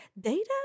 data